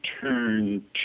turn